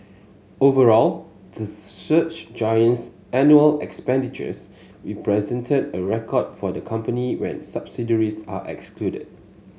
overall the search giant's annual expenditures represented a record for the company when subsidiaries are excluded